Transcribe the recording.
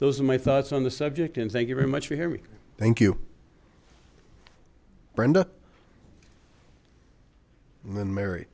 those are my thoughts on the subject and thank you very much for here thank you brenda and mary